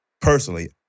personally